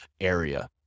area